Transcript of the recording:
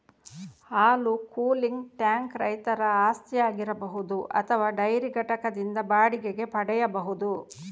ಹಾಲು cooling tank ರೈತರ ಆಸ್ತಿಯಾಗಿರಬಹುದು ಅಥವಾ ಡೈರಿ ಘಟಕದಿಂದ ಬಾಡಿಗೆಗೆ ಪಡೆಯಬಹುದು